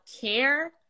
care